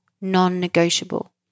Non-negotiable